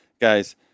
guys